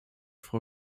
frau